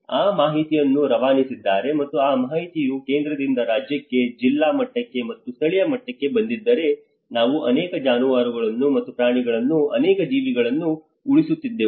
ಆ ಮಾಹಿತಿಯನ್ನು ರವಾನಿಸಿದ್ದರೆ ಮತ್ತು ಆ ಮಾಹಿತಿಯು ಕೇಂದ್ರದಿಂದ ರಾಜ್ಯಕ್ಕೆ ಜಿಲ್ಲಾ ಮಟ್ಟಕ್ಕೆ ಮತ್ತು ಸ್ಥಳೀಯ ಮಟ್ಟಕ್ಕೆ ಬಂದಿದ್ದರೆ ನಾವು ಅನೇಕ ಜಾನುವಾರುಗಳನ್ನು ಮತ್ತು ಪ್ರಾಣಿಗಳನ್ನು ಅನೇಕ ಜೀವಗಳನ್ನು ಉಳಿಸುತ್ತಿದ್ದೆವು